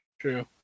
true